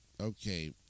Okay